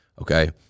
okay